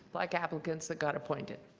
black applicants that got appointed?